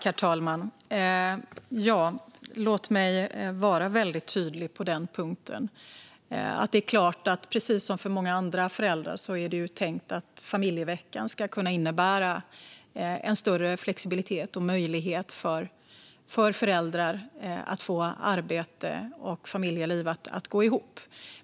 Herr talman! Låt mig vara väldigt tydlig på den punkten. Precis som för många andra föräldrar är det tänkt att familjeveckan ska kunna innebära en större flexibilitet och möjlighet för föräldrar att få arbete och familjeliv att gå ihop.